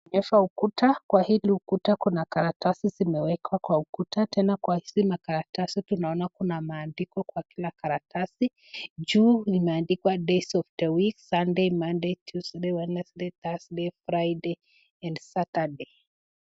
Inaonyesha ukuta kwa hii ukuta kuna karatasi zimewekwa kwa ukuta tena kwa zile karatasi kuna maandiko kwa kila karatasi, juu limeandikwa days of the week , sunday, monday, tuesday, wednesday, thursday, friday and saturday